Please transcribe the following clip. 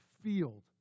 field